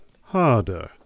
harder